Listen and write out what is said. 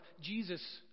Jesus